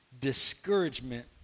discouragement